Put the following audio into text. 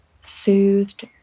soothed